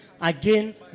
again